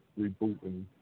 rebooting